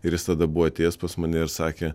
ir jis tada buvo atėjęs pas mane ir sakė